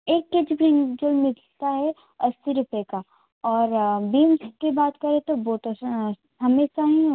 एक K G brinjal मिलता है अस्सी रुपये का और बीन्स की बात करें तो वो तो हमेशा ही